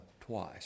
twice